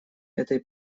этой